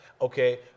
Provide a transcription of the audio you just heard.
okay